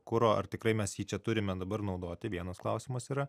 kuro ar tikrai mes jį čia turime dabar naudoti vienas klausimas yra